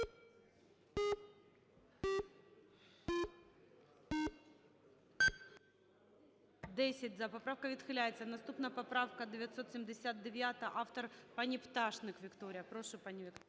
За-10 Поправка відхиляється. Наступна поправка - 979-а. Автор – пані Пташник Вікторія. Прошу, пані Вікторія.